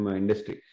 industry